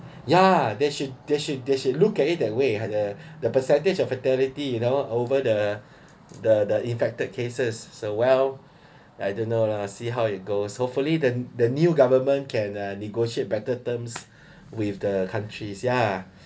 ya they should they should they should look at it that way the the percentage of fatality you know over the the the infected cases so well I don't know lah see how it goes hopefully the the new government can uh negotiate better terms with the countries ya